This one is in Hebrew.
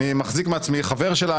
אני מחזיק מעצמי חבר שלה,